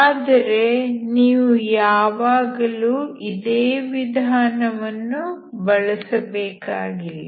ಆದರೆ ನೀವು ಯಾವಾಗಲೂ ಇದೇ ವಿಧಾನವನ್ನು ಬಳಸಬೇಕಾಗಿಲ್ಲ